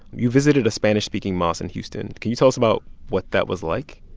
you visited a spanish-speaking mosque in houston. can you tell us about what that was like?